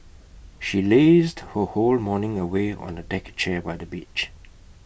she lazed her whole morning away on A deck chair by the beach